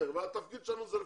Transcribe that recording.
התפקיד שלנו לפקח.